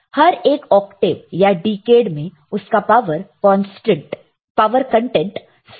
हर एक ऑक्टेव या डिकेड में उसका पावर कंटेंट सेम है